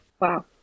Wow